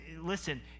listen